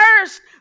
first